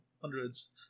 hundreds